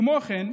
כמו כן,